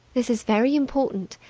this is very important.